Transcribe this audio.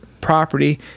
property